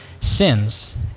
sins